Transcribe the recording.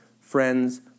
friends